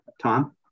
Tom